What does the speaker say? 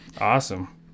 Awesome